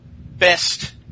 best